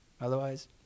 Otherwise